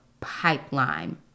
pipeline